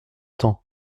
temps